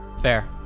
Fair